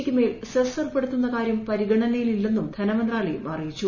യ്ക്ക് മേൽ സെസ് ഏർപ്പെടുത്തുന്ന കാര്യം പരിഗണനയിൽ ഇല്ലെന്നും ധനമന്ത്രാലയം അറിയിച്ചു